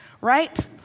right